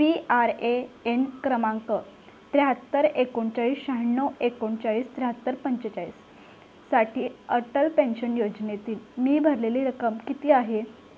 P R A N क्रमांक त्र्याहत्तर एकोणचाळीस शहाण्णव एकोणचाळीस त्र्याहत्तर पंचेचाळीससाठी अटल पेन्शन योजनेतील मी भरलेली रक्कम किती आहे